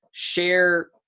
share